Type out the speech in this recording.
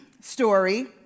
story